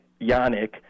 Yannick